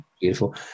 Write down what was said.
beautiful